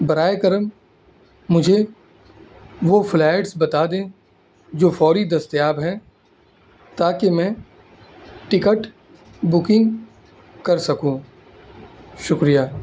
براہِ کرم مجھے وہ فلائٹس بتا دیں جو فوری دستیاب ہیں تاکہ میں ٹکٹ بکنگ کر سکوں شکریہ